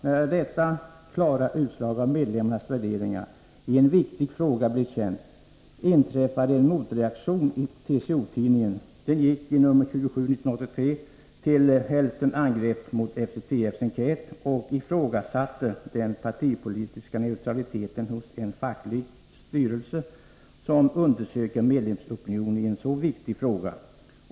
När detta klara utslag av medlemmarnas värderingar i en viktig fråga blev känt, inträffade en motreaktion i TCO-tidningen. Tidningen gick i nr 27 1983 till häftigt angrepp mot FCTF:s enkät och ifrågasatte den partipolitiska neutraliteten hos en facklig styrelse som undersöker medlemsopinionen i en sådan viktig fråga.